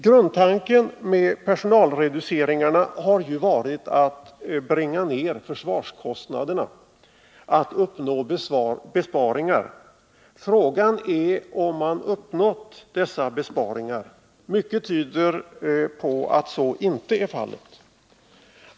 Grundtanken med personalreduceringarna har ju varit att bringa ner försvarskostnaderna, att uppnå besparingar. Frågan är om man uppnått dessa besparingar. Mycket tyder på att så inte är fallet.